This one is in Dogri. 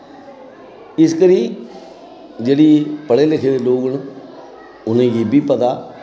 इस करी जेह्ड़ी पढ़े लिखे दे लोक न उ'नेंगी इब्बी पता